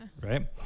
right